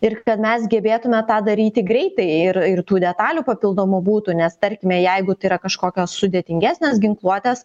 ir kad mes gebėtume tą daryti greitai ir ir tų detalių papildomų būtų nes tarkime jeigu tai yra kažkokia sudėtingesnės ginkluotės